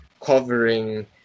Covering